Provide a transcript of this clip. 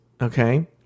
okay